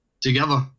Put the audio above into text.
together